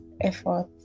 effort